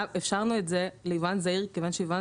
אפשרנו את זה ליבואן זעיר כיוון שיבואן